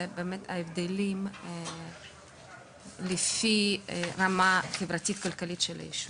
כאן ניתן לראות את ההבדלים לפי הרמה החברתית והכלכלית של היישוב.